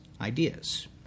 ideas